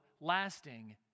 lasting